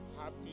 Happy